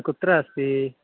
कुत्र अस्ति